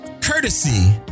courtesy